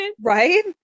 Right